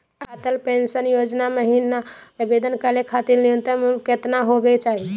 Atal pension योजना महिना आवेदन करै खातिर न्युनतम उम्र केतना होवे चाही?